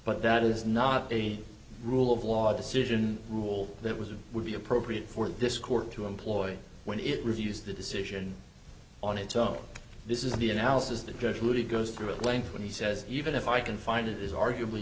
but that is not a rule of law decision rule that was it would be appropriate for this court to employ when it reviews the decision on its own this is the analysis the judge would it goes through at length when he says even if i can find it is arguably